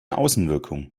außenwirkung